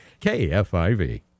KFIV